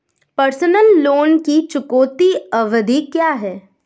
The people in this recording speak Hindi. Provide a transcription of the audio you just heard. पर्सनल लोन की चुकौती अवधि क्या है?